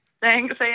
Thanks